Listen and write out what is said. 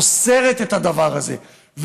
אוסרת את הדבר הזה,